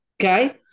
Okay